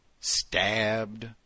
stabbed